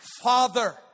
Father